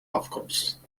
afkomst